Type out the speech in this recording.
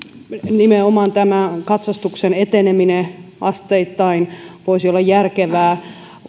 nimenomaan tämä katsastuksen eteneminen asteittain voisi olla järkevää